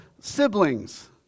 siblings